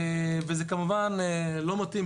כמובן שזה לא מתאים,